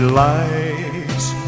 lights